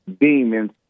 demons